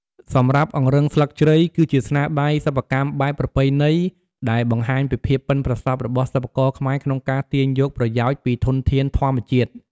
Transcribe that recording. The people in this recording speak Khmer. សម្រាប់អង្រឹងស្លឹកជ្រៃគឺជាស្នាដៃសិប្បកម្មបែបប្រពៃណីដែលបង្ហាញពីភាពប៉ិនប្រសប់របស់សិប្បករខ្មែរក្នុងការទាញយកប្រយោជន៍ពីធនធានធម្មជាតិ។